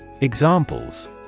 Examples